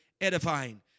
edifying